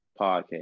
podcast